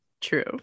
true